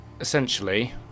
essentially